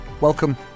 welcome